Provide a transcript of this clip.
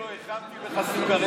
אפילו הכנתי לך סוכרייה,